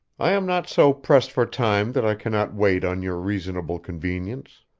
i am not so pressed for time that i cannot wait on your reasonable convenience.